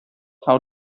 how